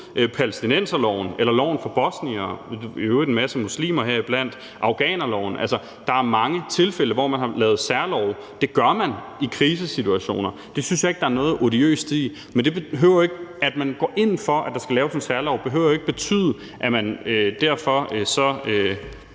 palæstinenserloven, loven for bosniere, heriblandt i øvrigt en masse muslimer, eller afghanerloven. Altså, der er mange tilfælde, hvor man har lavet særlove. Det gør man i krisesituationer. Det synes jeg ikke der er noget odiøst i. Men at man går ind for, at der skal laves en særlov, behøver jo ikke at betyde, at man derfor ...